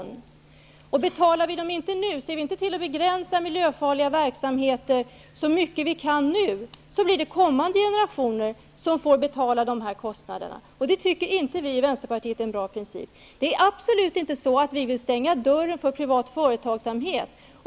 Om vi inte betalar dem nu och inte ser till att begränsa miljöfarliga verksamheter så mycket vi kan nu, blir det kommande generationer som får betala de kostnaderna. Vi i Vänsterpartiet tycker inte att det är en bra princip. Vi vill absolut inte stänga dörren för privat företagsamhet.